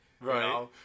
Right